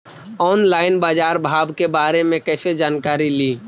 Online बाजार भाव के बारे मे कैसे जानकारी ली?